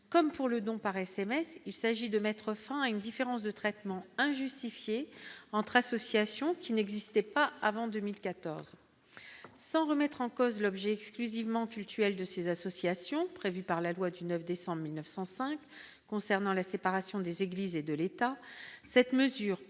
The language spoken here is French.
comme pour le don par SMS, il s'agit de mettre fin à une différence de traitement injustifiés entre associations qui n'existait pas avant 2014, sans remettre en cause l'objet exclusivement cultuel de ces associations, prévue par la loi du 9 décembre 1905 concernant la séparation des Églises et de l'État, cette mesure